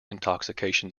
intoxication